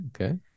Okay